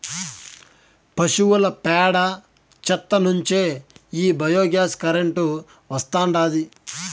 పశువుల పేడ చెత్త నుంచే ఈ బయోగ్యాస్ కరెంటు వస్తాండాది